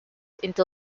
into